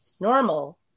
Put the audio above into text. normal